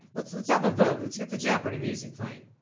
let's let's have a vote. let's get the jeopardy music playing